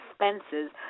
expenses